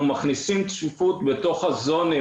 אנחנו מכניסים צפיפות בתוך האזורים,